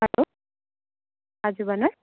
hello हजुर भन्नुहोस्